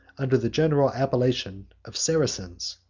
under the general appellation of saracens,